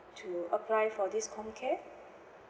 to apply for this C_O_M care